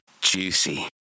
juicy